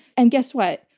and guess what?